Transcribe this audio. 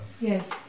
Yes